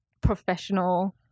professional